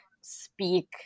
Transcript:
speak